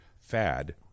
fad